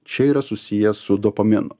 čia yra susiję su dopaminu